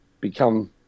become